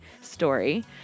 story